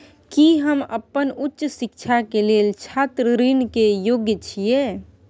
की हम अपन उच्च शिक्षा के लेल छात्र ऋण के योग्य छियै?